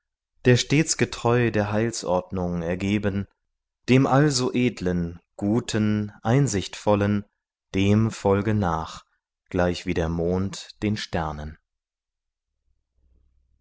der stets getreu der heilsordnung ergeben dem also edlen guten einsichtvollen dem folge nach gleichwie der mond den sternen